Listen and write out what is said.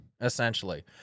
essentially